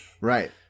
Right